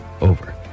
over